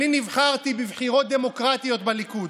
אני נבחרתי בבחירות דמוקרטיות בליכוד.